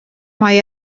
mae